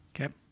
Okay